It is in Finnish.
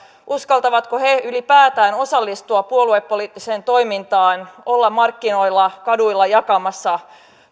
uskaltavatko he ylipäätään osallistua puoluepoliittiseen toimintaan olla markkinoilla kaduilla jakamassa